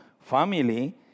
Family